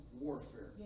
warfare